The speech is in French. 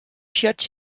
chiottes